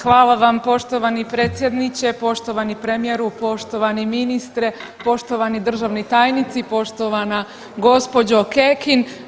Hvala vam poštovani predsjedniče, poštovani premijeru, poštovani ministre, poštovani državni tajnici, poštovana gospođo Kekin.